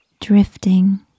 drifting